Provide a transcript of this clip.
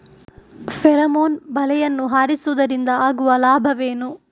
Pheromone ಬಲೆಯನ್ನು ಹಾಯಿಸುವುದರಿಂದ ಆಗುವ ಲಾಭವೇನು?